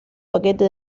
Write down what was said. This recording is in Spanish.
paquete